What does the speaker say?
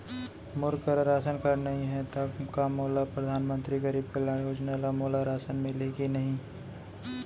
मोर करा ration card नहीं है त का मोल परधानमंतरी गरीब कल्याण योजना ल मोला राशन मिलही कि नहीं?